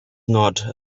not